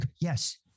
yes